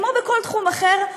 כמו בכל תחום אחר,